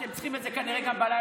אתם צריכים את זה כנראה גם בלילה,